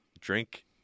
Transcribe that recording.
drink